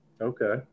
Okay